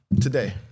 today